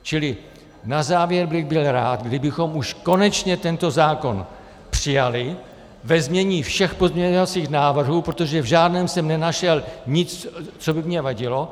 Čili na závěr bych byl rád, kdybychom už konečně tento zákon přijali ve znění všech pozměňovacích návrhů, protože v žádném jsem nenašel nic, co by mně vadilo.